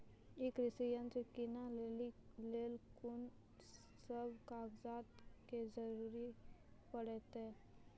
ई कृषि यंत्र किनै लेली लेल कून सब कागजात के जरूरी परतै?